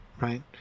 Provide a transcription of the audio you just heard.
right